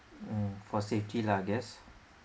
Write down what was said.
mm for safety lah I guess